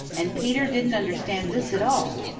and peter didn't understand this at all.